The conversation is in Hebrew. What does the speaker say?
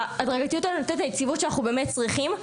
ההדרגתיות הזאת נותנת את היציבות שאנחנו באמת צריכים,